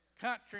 country